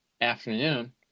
afternoon